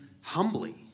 humbly